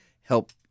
help